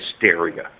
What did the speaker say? hysteria